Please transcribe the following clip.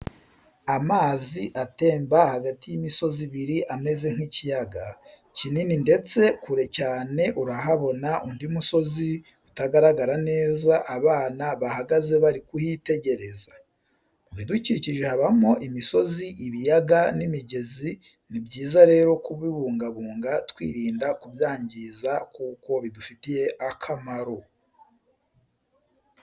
Amazi atemba hagati y'imisozi ibiri ameze nk'ikiyaga kinini ndetse kure cyane urahabona undi musozi utagaragara neza, abana bahagaze bari kuhiitegereza. Mu bidukikije habamo imisozi ibiyaga n'imigezi ni byiza rero kubibungabunga twirinda kubyangiza kuko bidufitiye akamaro.